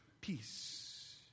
peace